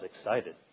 excited